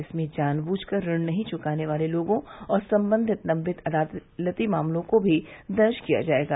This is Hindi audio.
इसमें जानबूझकर ऋण नहीं चुकाने वाले लोगों और संबंधित लंबित अदालती माम्लों को भी दर्ज किया जाएगा